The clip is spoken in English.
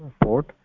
port